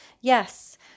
Yes